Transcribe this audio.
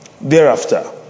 thereafter